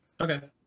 Okay